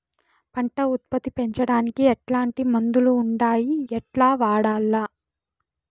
పంట ఉత్పత్తి పెంచడానికి ఎట్లాంటి మందులు ఉండాయి ఎట్లా వాడల్ల?